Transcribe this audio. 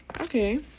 Okay